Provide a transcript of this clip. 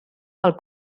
del